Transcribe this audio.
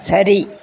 சரி